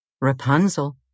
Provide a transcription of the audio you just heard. Rapunzel